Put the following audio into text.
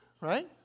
Right